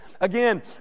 Again